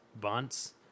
bunts